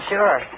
Sure